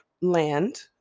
land